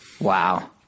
Wow